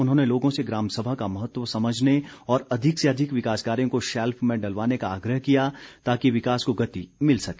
उन्होंने लोगों से ग्रामसभा का महत्व समझने और अधिक से अधिक विकास कार्यों को शैल्फ में डलवाने का आग्रह किया ताकि विकास को गति मिल सके